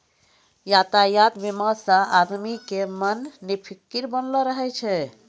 यातायात बीमा से आदमी के मन निफिकीर बनलो रहै छै